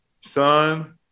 Son